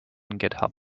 github